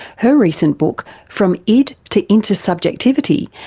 her recent book from id to intersubjectivity,